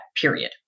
Period